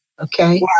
Okay